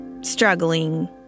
struggling